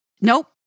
Nope